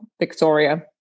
Victoria